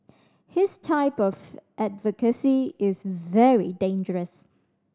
his type of advocacy is very dangerous